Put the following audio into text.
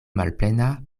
malplena